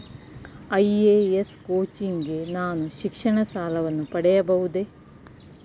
IAS coaching ಗೆ ನಾನು ಶಿಕ್ಷಣ ಸಾಲವನ್ನು ಪಡೆಯಬಹುದೇ?